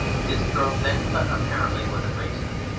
his throat then cut, apparently with a razor,